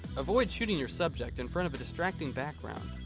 avoid shooting your subject in front of a distracting background,